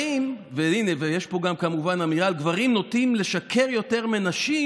אבל אם יש חוקים שהם חוקים לא טובים, לא חוקתיים,